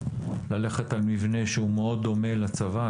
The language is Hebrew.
ללכת על מבנה שהוא מאוד דומה לצבא,